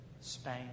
Spain